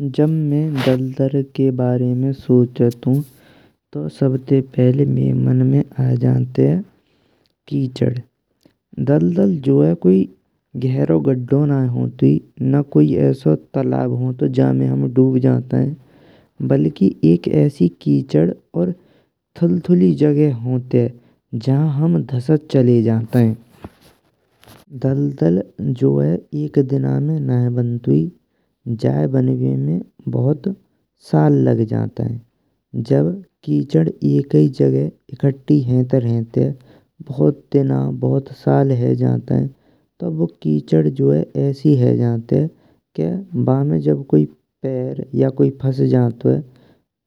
जब में दल दल के बारे में सोचंतु तो सबैते पहेल मइये मन में आये जनतेयें कीचड़ दल। दल हो जय कोइ घेरो गड्डो नईये होंतुये ना कोइ अैसो तलाब होंतुये जामे डुब जन्ते। बल्कि एक अैसी कीचड़ और थुलथुली जगह होन्तेये नजा हम दाशात चले जानतेये। दल दल जो है एक रिना में नईये बन्तुये जाये बंवे में बहुत साल लग जातेये। जब कीचड़ एकेये जगह एकठधी हैंट रहन्तेये बहुत दिना बहुत साल है जातेये तो बु कीचड़ जो है अैसी है जन्ते। के बामे जब कोइ पैर या कोइ फँस जांतुये